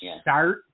start